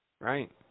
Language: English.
Right